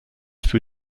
für